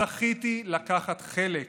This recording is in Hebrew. זכיתי לקחת חלק